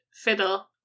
fiddle